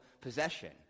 possession